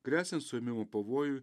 gresiant suėmimo pavojui